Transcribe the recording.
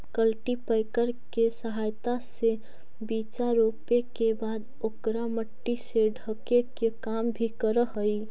cultipacker के सहायता से बीचा रोपे के बाद ओकरा मट्टी से ढके के काम भी करऽ हई